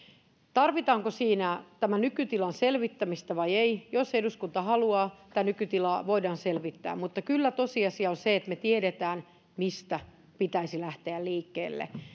tarvitaanko siinä nykytilan selvittämistä vai ei jos eduskunta haluaa tämä nykytila voidaan selvittää mutta kyllä tosiasia on se että me tiedämme mistä pitäisi lähteä liikkeelle